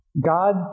God